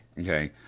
Okay